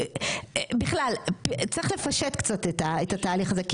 בכלל צריך לפשט קצת את התהליך הזה,